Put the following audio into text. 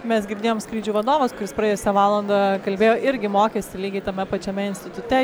mes girdėjom skrydžių vadovas kuris praėjusią valandą kalbėjo irgi mokėsi lygiai tame pačiame institute